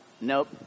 Nope